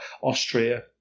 Austria